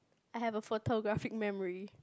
I have a photographic memory